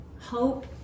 hope